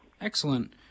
excellent